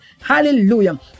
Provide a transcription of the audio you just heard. hallelujah